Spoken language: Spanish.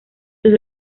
sus